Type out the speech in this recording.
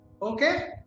okay